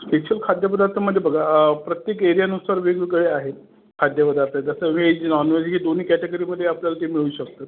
special खाद्यपदार्थामध्ये बघा प्रत्येक एरियानुसार वेगवेगळे आहे खाद्यपदार्थ जसं व्हेज नॉनवेज हे दोन्ही कॅटेगरीमध्ये आपल्याला ते मिळू शकतात